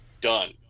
done